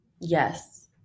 Yes